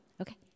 okay